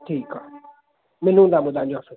ठीकु आहे मिलूं तव्हां पोइ तव्हांजे ऑफ़िस में